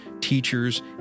teachers